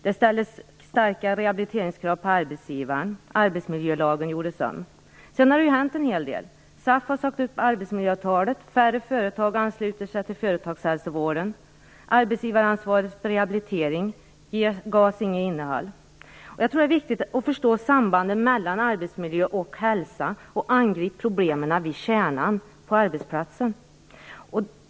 Det ställdes hårda rehabiliteringskrav på arbetsgivaren. Arbetsmiljölagen gjordes om. Sedan dess har det hänt andra saker. SAF har sagt upp arbetsmiljöavtalet. Färre företagare ansluter sig till företagshälsovården. Arbetsgivaransvaret för rehabilitering gavs inget innehåll. Det är viktigt att man förstår sambandet mellan arbetsmiljö och hälsa. Man måste angripa problemet vid kärnan, på arbetsplatsen.